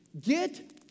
Get